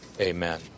Amen